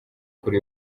kuri